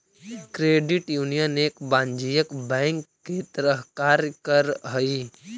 credit union एक वाणिज्यिक bank के तरह कार्य करऽ हइ